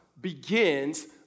begins